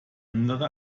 andere